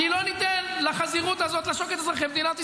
כי לא ניתן לחזירות הזאת לעשוק את אזרחי מדינת ישראל.